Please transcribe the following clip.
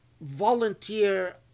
volunteer